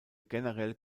generell